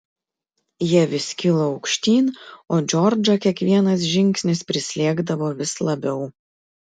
jie vis kilo aukštyn o džordžą kiekvienas žingsnis prislėgdavo vis labiau